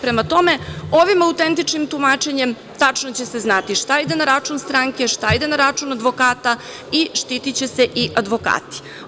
Prema tome, ovim autentičnim tumačenjem tačno će se znati šta ide na račun stranke, šta ide na račun advokata i štitiće se i advokati.